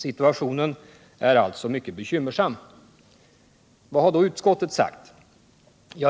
Situationen är alltså mycket bekymmersam. Vad har då utskottet sagt?